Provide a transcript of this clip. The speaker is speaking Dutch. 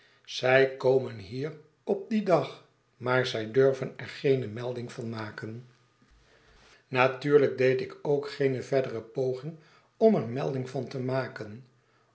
zij komen hier op dien dag maar zij durven er geene melding van maken natuurlijk deed ik ook geene verdere poging om er melding van te maken